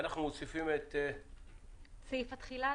ואנחנו מוסיפים את סעיף התחילה.